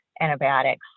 antibiotics